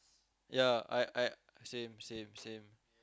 ya I I same same same